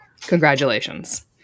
Congratulations